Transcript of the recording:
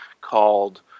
called